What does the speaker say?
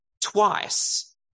twice